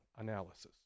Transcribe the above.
analysis